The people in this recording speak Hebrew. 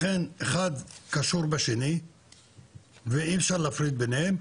לכן, אחד קשור בשני ואי אפשר להפריד ביניהם.